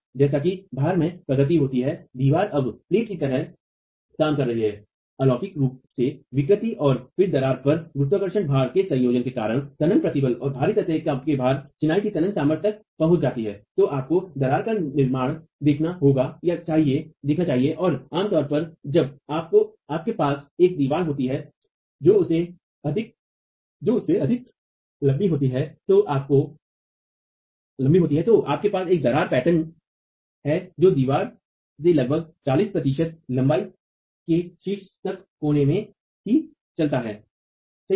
जैसा कि भार में प्रगति होती है दीवार अब प्लेट की तरह काम कर रही है अलौकिक रूप से विकृत और फिर दरार जब गुरुत्वाकर्षण भार के संयोजन के कारण तनन प्रतिबल और बाहरी सतह का भार चिनाई की तनन सामर्थ्य तक पहुंच जाती है तो आपको दरार का निर्माण देखना होगा चाहिए और आम तौर पर जब आपके पास एक दीवार होती है जो उससे अधिक लंबी होती है तो आपके पास एक दरार पैटर्न होता है जो दीवार से लगभग 40 प्रतिशत लंबाई के शीर्ष पर कोने में ही चलता है सही है न